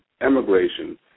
Emigration